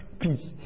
peace